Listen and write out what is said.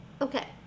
Okay